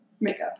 makeup